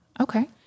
Okay